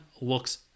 Looks